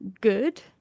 good